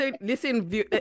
listen